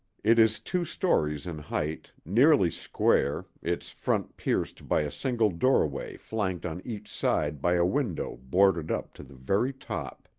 it is two stories in height, nearly square, its front pierced by a single doorway flanked on each side by a window boarded up to the very top.